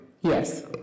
Yes